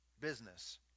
business